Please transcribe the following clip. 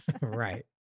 Right